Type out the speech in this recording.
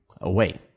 away